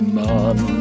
man